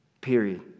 period